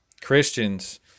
Christians